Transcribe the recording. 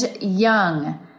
Young